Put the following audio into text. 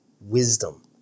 Wisdom